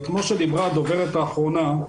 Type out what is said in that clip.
כמו שדיברה הדוברת האחרונה,